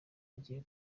agiye